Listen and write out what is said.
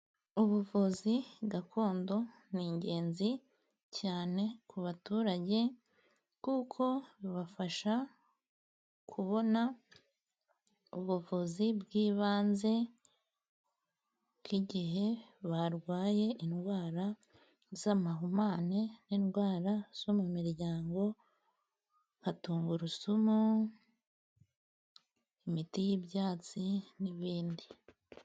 Ubuvuzi gakondo n'ingenzi cyane ku baturage, kuko bibafasha kubona ubuvuzi bw'ibanze bw'igihe barwaye indwara z' amahumane, n'indwara zo mu miryango, nka tungurusumu, imiti y'ibyatsi, n'ibindi.